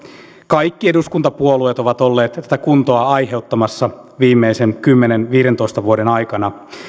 kaikki eduskuntapuolueet ovat olleet tätä kuntoa aiheuttamassa viimeisen kymmenen viiva viidentoista vuoden aikana